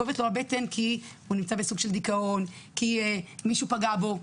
כואבת לו הבטן כי הוא נמצא בסוג של דיכאון כי מישהו פגע בו.